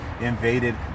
invaded